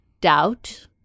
doubt